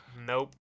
Nope